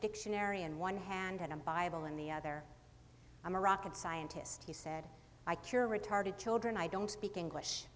dictionary in one hand and a bible in the other i'm a rocket scientist he said i cure retarded children i don't speak english